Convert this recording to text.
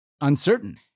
uncertain